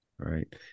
Right